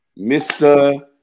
Mr